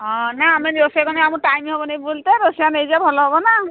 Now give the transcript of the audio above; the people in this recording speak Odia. ହଁ ନା ଆମେ ରୋଷେଇ କ'ଣ ଆମକୁ ଟାଇମ୍ ହେବନି ବୁଲତେ ରୋଷେଇଆ ନେଇ ଯିବା ଭଲ ହେବନା